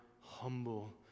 humble